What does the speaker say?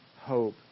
hope